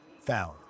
found